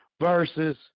versus –